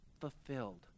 fulfilled